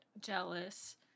jealous